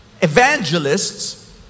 evangelists